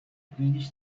greenish